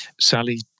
Sally